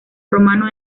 romano